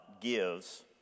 gives